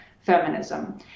feminism